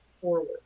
forward